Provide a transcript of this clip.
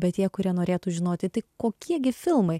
bet tie kurie norėtų žinoti tai kokie gi filmai